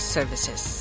Services